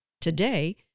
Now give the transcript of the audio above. Today